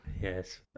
Yes